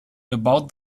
about